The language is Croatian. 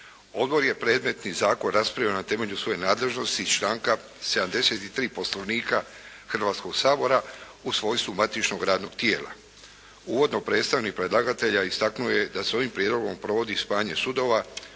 Odbor je predmetni zakon raspravio na temelju svoje nadležnosti iz članka 73. Poslovnika Hrvatskoga sabora u svojstvu matičnoga radnog tijela. Uvodno predstavnik predlagatelja istaknuo je da se ovim prijedlogom provodi spajanje sudova,